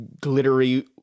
glittery